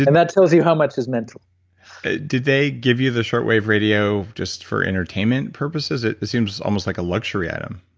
and that tells you how much is mental did they give you the shortwave radio just for entertainment purposes? it seems almost like a luxury item?